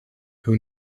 who